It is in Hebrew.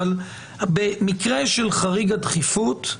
אבל במקרה של חריג הדחיפות,